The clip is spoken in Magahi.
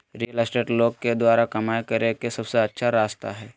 रियल एस्टेट लोग द्वारा कमाय करे के सबसे अच्छा रास्ता हइ